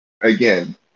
again